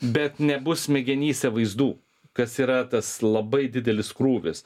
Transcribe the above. bet nebus smegenyse vaizdų kas yra tas labai didelis krūvis